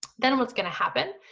then what's gonna happen,